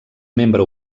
membre